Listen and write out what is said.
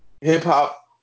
hip-hop